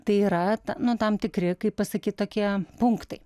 tai yra nu tam tikri kaip pasakyt tokie punktai